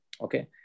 okay